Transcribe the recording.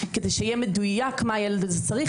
כדי שיהיה מדויק מה הילד הזה צריך.